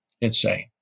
Insane